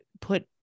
put